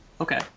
Okay